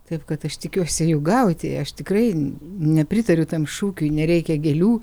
taip kad aš tikiuosi jų gauti aš tikrai nepritariu tam šūkiui nereikia gėlių